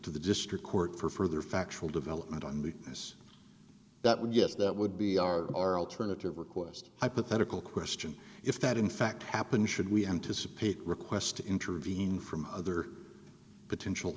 to the district court for further factual development on the ice that would yes that would be our our alternative request hypothetical question if that in fact happen should we anticipate requests to intervene from other potential